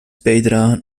bijdragen